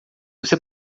você